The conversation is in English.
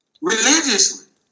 religiously